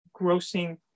grossing